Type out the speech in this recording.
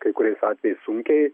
kai kuriais atvejais sunkiai